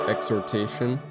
Exhortation